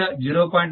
1 p